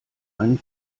einen